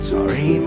Sorry